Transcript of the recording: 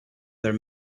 their